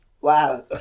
Wow